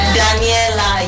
Daniela